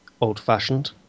old-fashioned